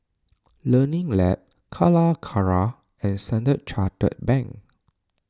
Learning Lab Calacara and Standard Chartered Bank